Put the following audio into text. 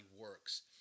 works